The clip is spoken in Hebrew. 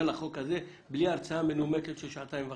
לחוק הזה בלי הרצאה מנומקת של שעתיים וחצי.